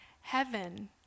Heaven